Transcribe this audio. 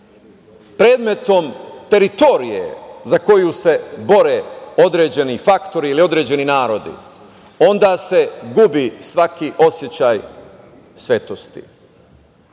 predmet teritorije za koju se bore određeni faktori ili određeni narodi, onda se gubi svaki osećaj svetosti. Zato